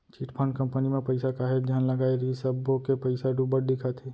chit fund company म पइसा काहेच झन लगाय रिहिस सब्बो के पइसा डूबत दिखत हे